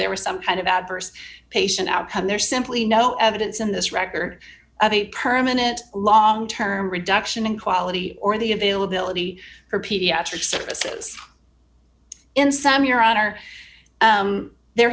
there was some kind of adverse patient outcome there is simply no evidence in this record of a permanent long term reduction in quality or the availability for pediatric services in some your honor there